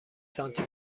سانتی